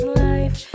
life